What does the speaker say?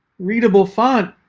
readable font,